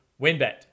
WinBet